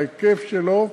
בהיקף שלו,